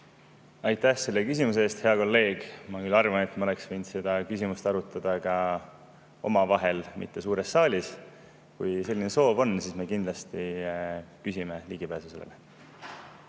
Aitäh selle küsimuse eest, hea kolleeg! Ma küll arvan, et me oleksime võinud seda küsimust arutada omavahel, mitte suures saalis. Kui selline soov on, siis me kindlasti küsime ligipääsu sellele